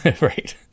Right